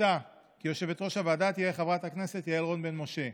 מוצע כי יושבת-ראש הוועדה תהיה חברת הכנסת יעל רון בן משה.